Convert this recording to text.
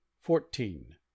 fourteen